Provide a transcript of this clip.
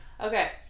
Okay